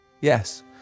Yes